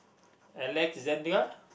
Alexandra